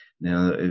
now